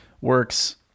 works